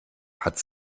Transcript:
hat